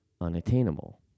unattainable